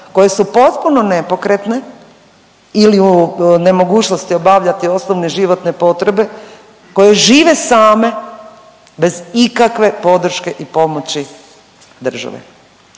koje su potpuno nepokretne ili u nemogućnosti obavljati osnovne životne potrebe koje žive same bez ikakve podrške i pomoći države.